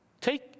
take